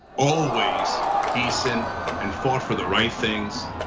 always decent and fought for the right things,